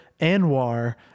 Anwar